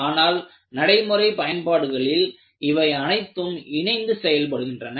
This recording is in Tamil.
ஆனால் நடைமுறை பயன்பாடுகளில் இவை அனைத்தும் இணைந்து செயல்படுகின்றன